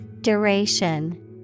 Duration